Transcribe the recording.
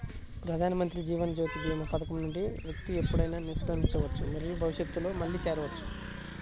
ప్రధానమంత్రి జీవన్ జ్యోతి భీమా పథకం నుండి వ్యక్తి ఎప్పుడైనా నిష్క్రమించవచ్చు మరియు భవిష్యత్తులో మళ్లీ చేరవచ్చు